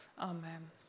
Amen